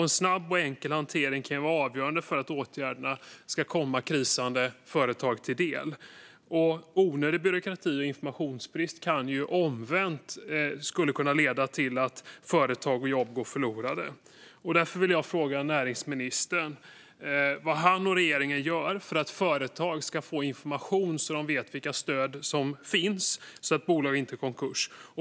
En snabb och enkel hantering kan vara avgörande för att åtgärderna ska kommande krisande företag till del. Onödig byråkrati och informationsbrist skulle omvänt kunna leda till att företag och jobb går förlorade. Därför vill jag fråga näringsministern vad han och regeringen gör för att företag ska få information, så att de vet vilka stöd som finns och så att bolag inte går i konkurs.